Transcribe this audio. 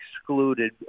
excluded